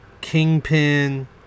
Kingpin